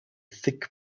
thick